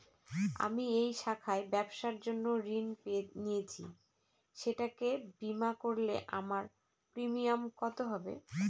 আমি এই শাখায় ব্যবসার জন্য ঋণ নিয়েছি সেটাকে বিমা করলে আমার প্রিমিয়াম কত হবে?